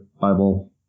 Bible